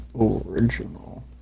original